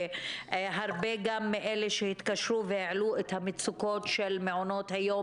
הרבה מאלה שהתקשרו והעלו את המצוקות של מעונות היום